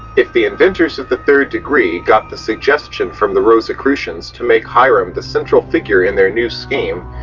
if the inventors of the third degree got the suggestion from the rosicrucian's to make hiram the central figure in their new scheme,